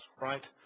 right